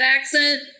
accent